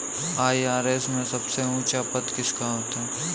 IRS में सबसे ऊंचा पद किसका होता है?